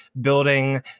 building